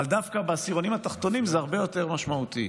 אבל דווקא בעשירונים התחתונים זה הרבה יותר משמעותי.